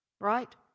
right